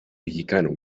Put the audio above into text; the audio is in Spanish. mexicano